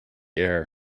air